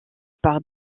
par